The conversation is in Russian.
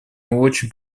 очень